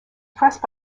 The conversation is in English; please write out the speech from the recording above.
pressed